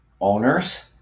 owners